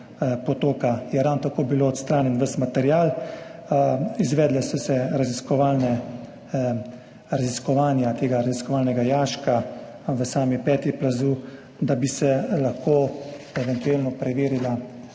potoka je bil ravno tako odstranjen ves material. Izvedle so se raziskave tega raziskovalnega jaška v sami peti plaza, da bi se lahko eventualno preverila